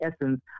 essence